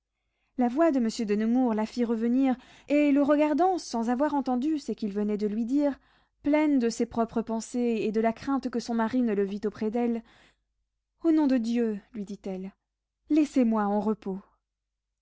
la voix de monsieur de nemours la fit revenir et le regardant sans avoir entendu ce qu'il venait de lui dire pleine de ses propres pensées et de la crainte que son mari ne le vît auprès d'elle au nom de dieu lui dit-elle laissez-moi en repos